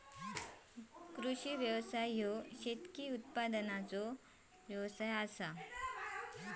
कृषी व्यवसाय ह्यो शेतकी उत्पादनाचो व्यवसाय आसा